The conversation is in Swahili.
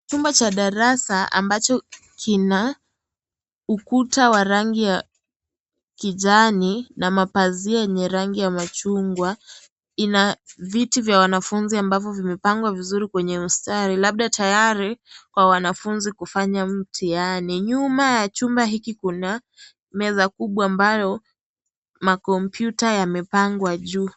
Chumba cha darasa ambacho kina ukuta wa rangi ya kijani na mapazia yenye rangi ya machungwa ina viti vya wanafunzi ambavyo vimepangwa vizuri kwenye mstari labda tayari kwa wanafunzi kufanya mtihani . Nyuma ya chumba hiki kuna meza kubwa ambayo makompyuta yamepangwa juu